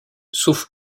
sauf